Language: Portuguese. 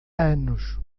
anos